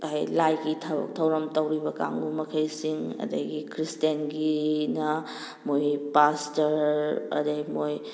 ꯂꯥꯏꯒꯤ ꯊꯕꯛ ꯊꯧꯔꯝ ꯇꯧꯔꯤꯕ ꯀꯥꯡꯕꯨ ꯃꯈꯩꯁꯤꯡ ꯑꯗꯒꯤ ꯈ꯭ꯔꯤꯁꯇꯤꯌꯥꯟꯒꯤꯅ ꯃꯣꯏꯒꯤ ꯄꯥꯁꯇꯔ ꯑꯗꯩ ꯃꯣꯏ